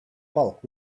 bulk